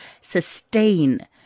sustain